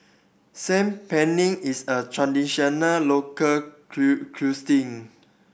Saag Paneer is a traditional local